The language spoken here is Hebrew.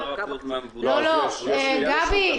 גבי,